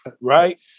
Right